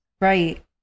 Right